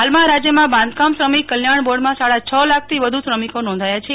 હાલમાં રાજ્યમાં બાંધકામ શ્રમીક કલ્યાણ બોર્ડમાં સાડા છ લાખથી વધુ શ્રમિકો નોંધાયા છે